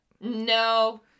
No